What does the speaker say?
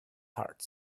heart